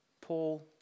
Paul